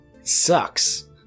Sucks